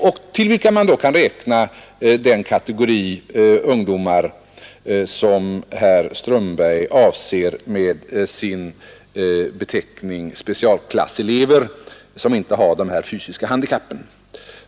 Till den kategorin kan man räkna de ungdomar som herr Strömberg avser med beteckningen specialklasselever som inte har de nämnda fysiska handikappen.